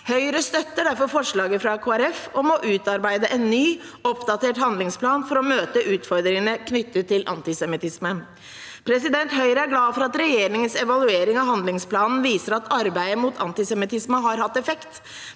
Høyre støtter derfor forslaget fra Kristelig Folkeparti om å utarbeide en ny og oppdatert handlingsplan for å møte utfordringene knyttet til antisemittisme. Høyre er glad for at regjeringens evaluering av handlingsplanen viser at arbeidet mot antisemittisme har hatt effekt,